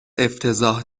افتضاح